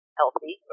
healthy